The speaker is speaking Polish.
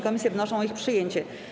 Komisje wnoszą o ich przyjęcie.